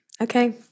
Okay